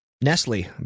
Nestle